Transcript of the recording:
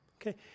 Okay